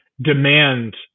demand